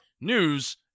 news